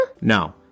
No